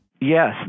Yes